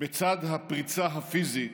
בצד הפריצה הפיזית,